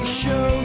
show